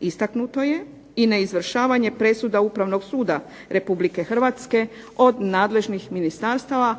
Istaknuto je i neizvršavanje presuda Ustavnog suda Republike Hrvatske od nadležnih ministarstava,